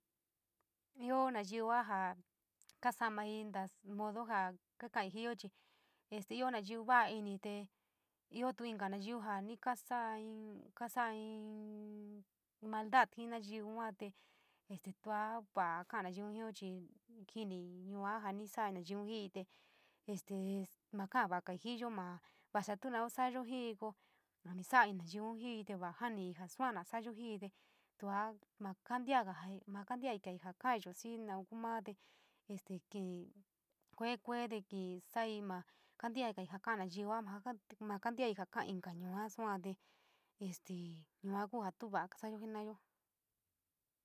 Io naiyo ja kasamai ja modo ja kaii jio chi este io naiyo uto iní, tee, io tuo inkanaiyo ja nrp saa in ka saio ja maaldoal jii naiyu yuo te este tuo vaia koia naiyo ja chi lint yuu nii saai maiyo jii te este maa koia vai saiyo kasato nii saai maiyo jii te este maa koia naiyo jii in te va pami iní ja saoin saoi jii te tuo inia kanitiaga ja maa kantián ja kaiyo si nou kuu maa te este kee, kue, kue te kii sai ma kantiangoi ja kaa naiyo ja maa kasida koia inka yuaa sua te este yua ka ja tu va´a ka sa´ayo jenayo.